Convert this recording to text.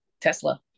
Tesla